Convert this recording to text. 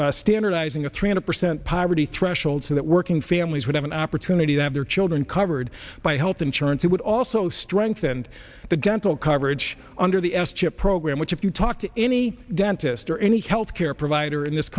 to standardizing a three hundred percent poverty threshold so that working families would have an opportunity to have their children covered by health insurance it would also strengthened the dental coverage under the s chip program which if you talk to any dentist or any health care provider in this